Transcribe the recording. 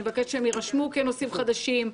אני מבקשת שהם יירשמו כנושאים חדשים.